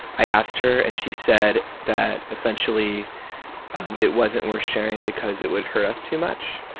i asked her and she said that essentially it wasn't worth sharing because it would hurt us too much,